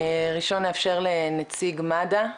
ראשון נאפשר לנציג מד"א,